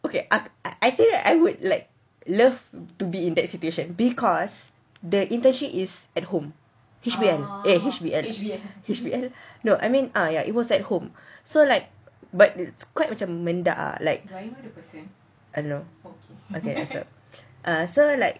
okay I think I would like love to be in that situation because the internship is at home H_B_L H_B_L no I mean err ya it was at home so like but quite like mendak macam like err no err so like